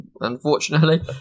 unfortunately